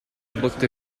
botte